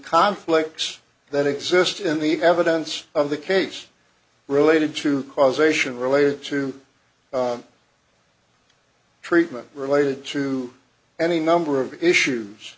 conflicts that exist in the evidence of the case related to causation related to treatment related to any number of issues